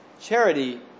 charity